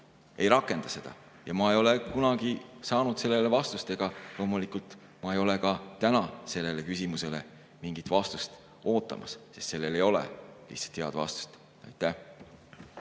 ei rakenda seda, ma ei ole kunagi vastust saanud. Loomulikult ma ei ole ka täna sellele küsimusele mingit vastust oodanud, sest sellele ei ole lihtsalt head vastust.